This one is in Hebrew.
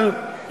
אבל,